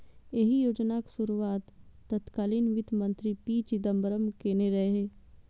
एहि योजनाक शुरुआत तत्कालीन वित्त मंत्री पी चिदंबरम केने रहै